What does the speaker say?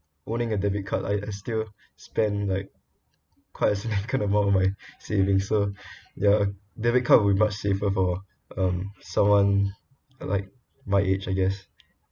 owning a debit card I I still spend like quite a significant amount of my savings so ya debit card will be much safer for um someone like my age I guess